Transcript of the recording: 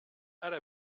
ara